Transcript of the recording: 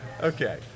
Okay